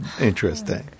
interesting